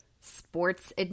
sports